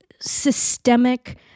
systemic